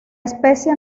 especie